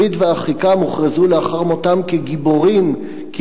אבל הם במעצר.